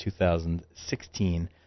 2016